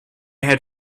had